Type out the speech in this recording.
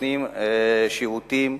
שנותנים שירותים,